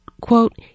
quote